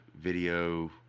video